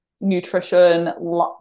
nutrition